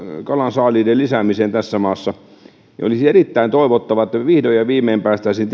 kalansaaliiden lisäämiseen tässä maassa niin olisi erittäin toivottavaa että vihdoin ja viimein päästäisiin